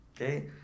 okay